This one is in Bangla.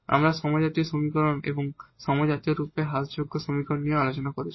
আমরা হোমোজিনিয়াস সমীকরণ এবং হোমোজিনিয়াস রূপে হ্রাসযোগ্য সমীকরণ নিয়েও আলোচনা করেছি